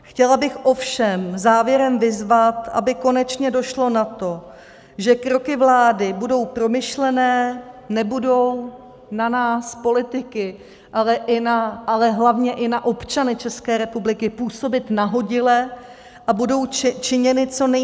Chtěla bych ovšem závěrem vyzvat, aby konečně došlo na to, že kroky vlády budou promyšlené, nebudou na nás politiky, ale hlavně i na občany České republiky působit nahodile a budou činěny co nejšetrněji.